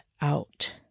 out